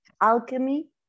alchemy